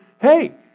hey